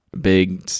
big